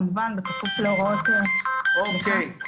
כמובן בכפוף להוראות --- תודה.